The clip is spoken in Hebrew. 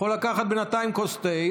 הוא יכול לקחת בינתיים כוס תה,